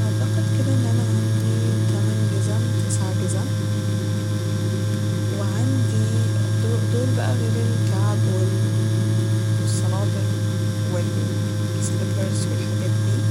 اعتقد كده إن أنا عندي تمن جزم تسع جزم وعندي دو- دول بقى غير الكعب وال- والصنادل وال سليبرز والحاجات دي